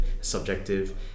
subjective